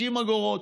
60 אגורות,